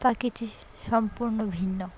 পাখিটি সম্পূর্ণ ভিন্ন